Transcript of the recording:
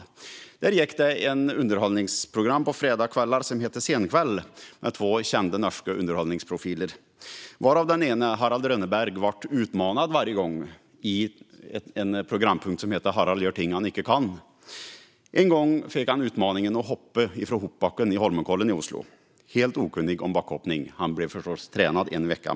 På fredagskvällarna gick det ett underhållningsprogram som hette Senkveld med två kända norska underhållningsprofiler, där den ene - Harald Rønneberg - varje gång blev utmanad i en programpunkt som hette "Harald gjør ting han ikke kan". En gång fick han, som var helt okunnig om backhoppning, utmaningen att hoppa från hoppbacken i Holmenkollen i Oslo. Han fick förstås en veckas träning, men sedan var det dags att hoppa.